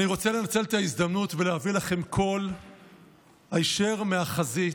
אני רוצה לנצל את ההזדמנות ולהביא לכם קול היישר מהחזית,